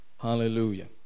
Hallelujah